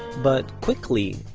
but quickly,